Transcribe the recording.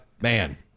man